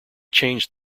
changed